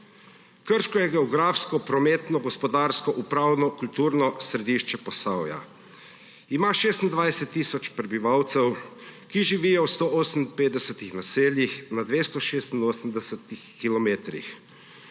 Krško je geografsko, prometno, gospodarsko, upravno, kulturno središče Posavja. Ima 26 tisoč prebivalcev, ki živijo v 158 naseljih na 286 kilometrih.